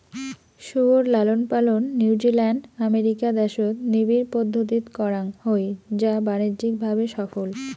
শুয়োর লালনপালন New Zealand, America দ্যাশত নিবিড় পদ্ধতিত করাং হই যা বাণিজ্যিক ভাবে সফল